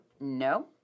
No